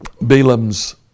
Balaam's